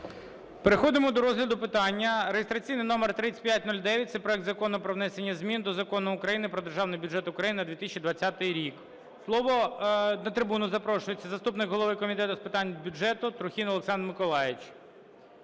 Переходимо до розгляду питання реєстраційний номер 3509, це проект Закону про внесення змін до Закону України "Про Державний бюджет України на 2020 рік". На трибуну запрошується заступник голови Комітету з питань бюджету Трухін Олександр Миколайович.